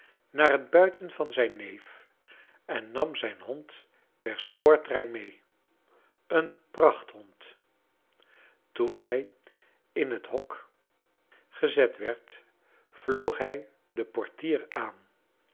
naar het buiten van zijn neef en nam zijn bond per spoortrein mee een pracht hond toen hij in het hok gezet werd vloog hij den portier aan